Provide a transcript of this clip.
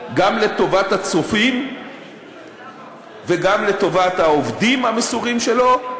גם לטובת הצופים וגם לטובת העובדים המסורים שלו,